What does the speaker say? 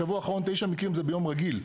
בשבוע האחרון זה ביום רגיל.